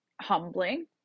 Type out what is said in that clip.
humbling